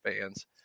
fans